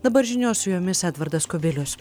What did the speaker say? dabar žinios su jumis edvardas kubilius